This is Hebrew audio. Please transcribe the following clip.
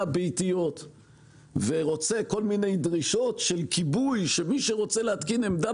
ביתיות ורוצה כל מיני דרישות של כיבוי כך שמי שרוצה להתקין עמדה